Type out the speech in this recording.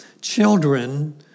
Children